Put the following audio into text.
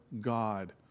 God